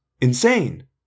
insane